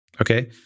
okay